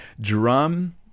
Drum